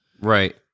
Right